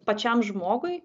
pačiam žmogui